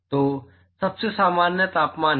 तो यह सबसे सामान्य तापमान है